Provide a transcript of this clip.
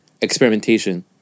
experimentation